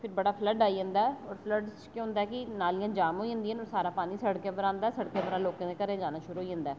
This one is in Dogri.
फिर बड़ा फलड्ड आई जंदा और फलड्ड च केह् होंदा के नालियां जाम होई जंदियां न ते ओह् साढ़ा पानी सड़कें उप्पर औंदा सडकें उप्परा लोकें दे घरै च जाना शुरु होई जंदा ऐ